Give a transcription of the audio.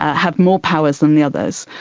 have more powers than the others.